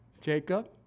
Jacob